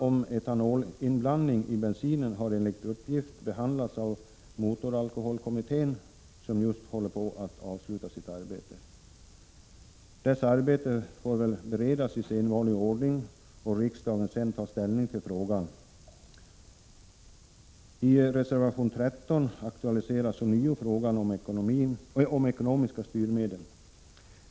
Denna fråga har enligt uppgift behandlats av motoralkoholkommittén, som just håller på att avsluta sitt arbete. Dess arbete får väl beredas i sedvanlig ordning, varefter riksdagen får ta ställning i frågan. I reservation 13 aktualiseras ånyo frågan om ekonomiska styrmedel.